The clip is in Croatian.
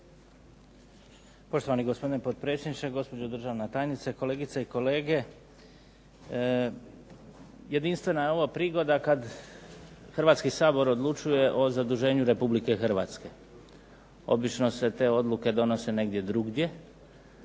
Poštovani gospodine potpredsjedniče, gospođo državna tajnice, kolegice i kolege. Jedinstvena je ovo prigoda kada Hrvatski sabor odlučuje o zaduženju Republike Hrvatske. Obično se te odluke donose negdje drugdje.